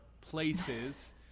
places